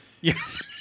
Yes